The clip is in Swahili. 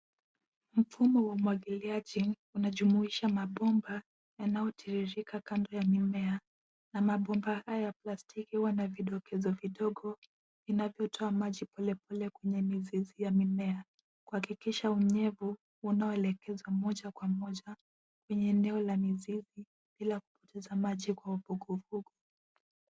Mfumo wa mwagiliaji unajumuisha mabomba yanayotiririka kando ya mimea na mabomba haya ya plastiki unavidokezo vidogo vinavyotoa maji polepole kwenye mizizi ya mimea kuhakikisha unyevu, unaoelekeza moja kwa moja kwenye eneo la mizizi bila kupoteza maji kwa uvuguvugu.